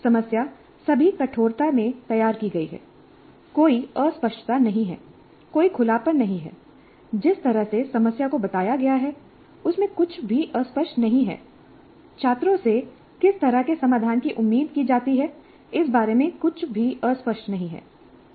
समस्या सभी कठोरता में तैयार की गई है कोई अस्पष्टता नहीं है कोई खुलापन नहीं है जिस तरह से समस्या को बताया गया है उसमें कुछ भी अस्पष्ट नहीं है छात्रों से किस तरह के समाधान की उम्मीद की जाती है इस बारे में कुछ भी अस्पष्ट नहीं है